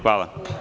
Hvala.